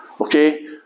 Okay